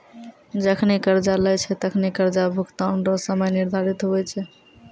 जखनि कर्जा लेय छै तखनि कर्जा भुगतान रो समय निर्धारित हुवै छै